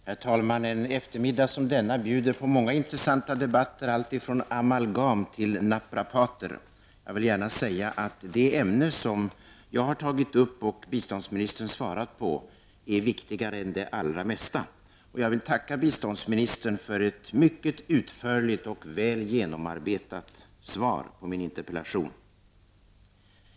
Herr talman! En eftermiddag som denna bjuder på många intressanta debatter, alltifrån amalgam till naprapater. Jag vill gärna säga att det ämne som jag har tagit upp och som biståndsministern svarat på är viktigare än det mesta. Jag vill tacka biståndsministern för ett mycket utförligt och väl genomarbetat svar på min interpellation.